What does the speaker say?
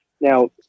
Now